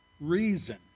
reason